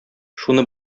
шуны